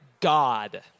God